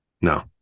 no